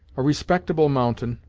a respectable mountain,